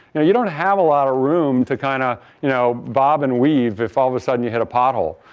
yeah you don't have a lot of room to kind of you know bob and weave if all of a sudden you hit a pothole.